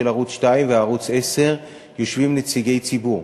ערוץ 2 וערוץ 10 יושבים נציגי ציבור,